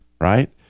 Right